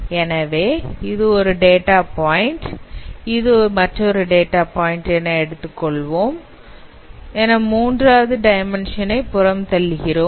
எனவே இது ஒரு டேட்டா பாயிண்ட் இது மற்றொரு டேட்டா பாயிண்ட் என மூன்றாவது டைமென்ஷன் ஐ புறம் தள்ளுகிறோம்